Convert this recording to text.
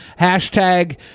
Hashtag